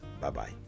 Bye-bye